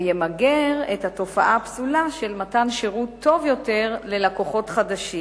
וימגר את התופעה הפסולה של מתן שירות טוב יותר ללקוחות חדשים